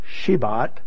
Shabbat